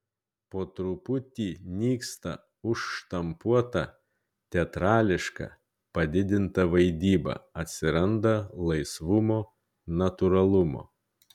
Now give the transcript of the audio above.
po truputį nyksta užštampuota teatrališka padidinta vaidyba atsiranda laisvumo natūralumo